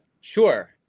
sure